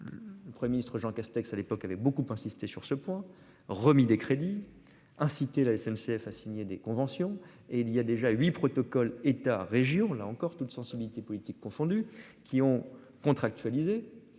Le Premier ministre Jean Castex à l'époque avait beaucoup insisté sur ce point, remis des crédits inciter la SNCF a signé des conventions et il y a déjà 8 protocole État régions là encore toutes sensibilités politiques confondues qui ont contractualisé